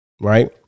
Right